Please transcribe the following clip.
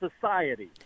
society